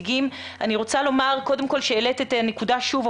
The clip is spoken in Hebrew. אני רוצה לומר קודם שהעלית נקודה שוב,